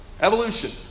Evolution